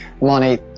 money